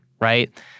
right